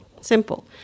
Simple